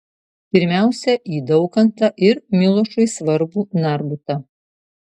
pirmiausia į daukantą ir milošui svarbų narbutą